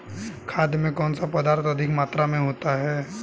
खाद में कौन सा पदार्थ अधिक मात्रा में होता है?